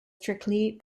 strictly